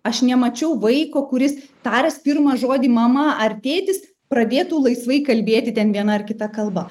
aš nemačiau vaiko kuris taręs pirmą žodį mama ar tėtis pradėtų laisvai kalbėti ten viena ar kita kalba